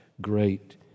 great